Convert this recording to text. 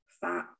fat